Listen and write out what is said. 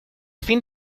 fin